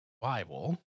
Bible